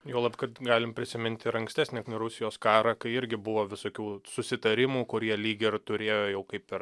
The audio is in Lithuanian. juolab kad galim prisiminti ir ankstesnį rusijos karą kai irgi buvo visokių susitarimų kurie lyg ir turėjo jau kaip ir